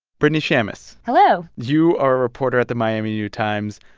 brittany shammas hello you are a reporter at the miami new times.